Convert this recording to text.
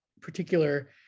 particular